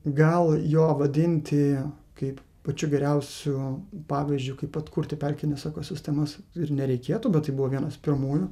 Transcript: gal jo vadinti kaip pačiu geriausiu pavyzdžiu kaip atkurti pelkines ekosistemas ir nereikėtų bet tai buvo vienas pirmųjų